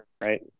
Right